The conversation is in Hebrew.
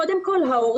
קודם כל ההורים,